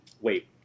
Wait